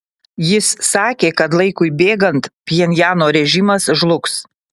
jis sakė kad laikui bėgant pchenjano režimas žlugs